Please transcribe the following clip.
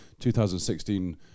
2016